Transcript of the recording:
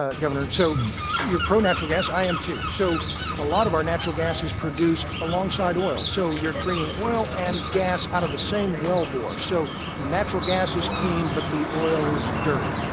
ah governor. so you're pro-natural gas, i am too. so a lot of our natural gas is produced alongside oil. so you're bringing oil and gas out of the same well bore. so the natural gas is clean, but the oil is dirty.